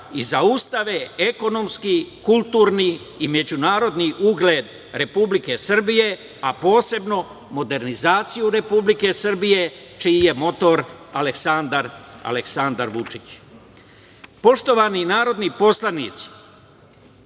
i zaustave ekonomski, kulturni i međunarodni ugled Republike Srbije, a posebno modernizaciju Republike Srbije, čiji je motor Aleksandar Vučić. Poštovani narodni poslanici,